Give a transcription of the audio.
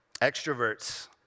Extroverts